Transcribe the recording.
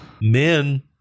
Men